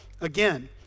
again